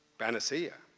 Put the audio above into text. panacea?